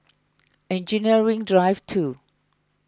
Engineering Drive two